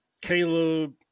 Caleb